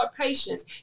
patience